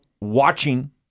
watching